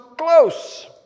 close